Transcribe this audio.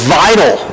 vital